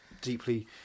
deeply